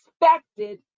expected